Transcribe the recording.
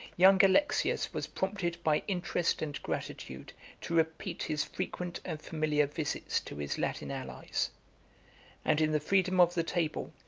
young alexius was prompted by interest and gratitude to repeat his frequent and familiar visits to his latin allies and in the freedom of the table,